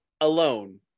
alone